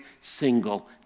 single